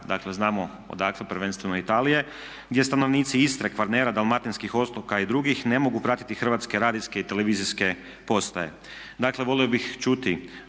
dakle znamo odakle prvenstveno Italije gdje stanovnici Istre, Kvarnera, Dalmatinskih otoka i drugih ne mogu pratiti hrvatske radijske i televizijske postaje. Dakle, volio bih čuti